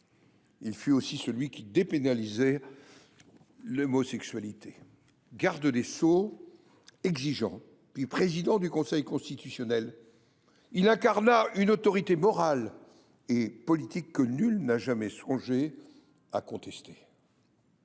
Il fut aussi celui qui dépénalisa l’homosexualité. Garde des sceaux exigeant, puis président du Conseil constitutionnel, il incarna une autorité morale et politique que nul n’a jamais songé à contester.